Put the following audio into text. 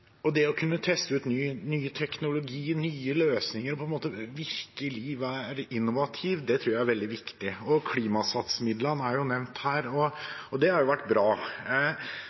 Å kunne teste ut ny teknologi og nye løsninger og virkelig være innovativ tror jeg er veldig viktig. Klimasats-midlene er blitt nevnt her, og de har vært bra. Men det er jo